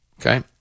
Okay